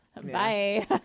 bye